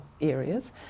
areas